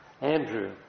Andrew